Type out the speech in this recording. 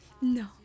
no